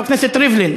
חבר הכנסת ריבלין,